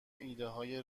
ایدههای